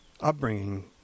upbringing